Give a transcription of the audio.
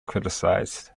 criticized